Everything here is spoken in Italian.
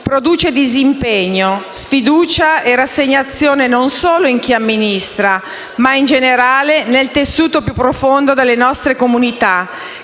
produce disimpegno, sfiducia e rassegnazione non solo in chi amministra, ma, in generale, nel tessuto più profondo delle nostre comunità,